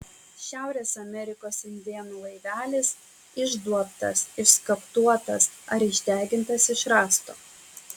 šiaurės amerikos indėnų laivelis išduobtas išskaptuotas ar išdegintas iš rąsto